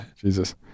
Jesus